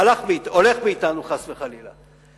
הולך מאתנו, חס וחלילה.